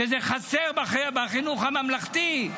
שזה חסר בחינוך הממלכתי,